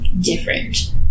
different